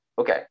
Okay